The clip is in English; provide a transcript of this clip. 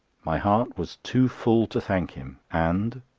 my heart was too full to thank him and,